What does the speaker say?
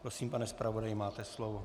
Prosím, pane zpravodaji, máte slovo.